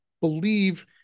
believe